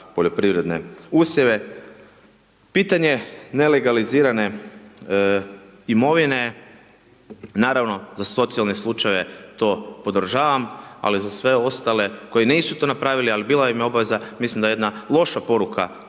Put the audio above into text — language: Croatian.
poljoprivredne usjeve. Pitanje nelegalizirane imovine, naravno, za socijalne slučajeve to podržavam, ali za sve ostale koji nisu to napravili, ali bila im je obaveza, mislim da je jedna loša poruka